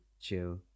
chill